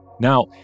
now